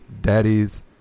daddies